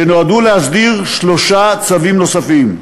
שנועדו להסדיר שלושה צווים נוספים.